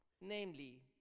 namely